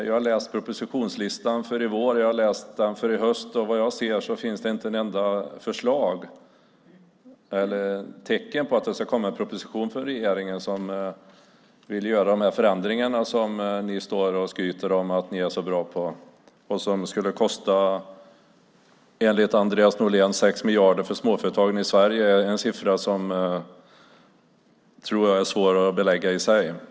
Jag har läst propositionslistan för i vår och jag har läst den för i höst och vad jag ser finns det inte ett enda tecken på att det ska komma en proposition från regeringen som vill göra de förändringar som ni skryter om att ni är så bra på och som enligt Andreas Norlén skulle kosta småföretagarna i Sverige 6 miljarder, en siffra som jag tror är svår att belägga i sig.